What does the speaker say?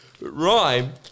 Rhyme